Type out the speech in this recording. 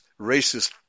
racist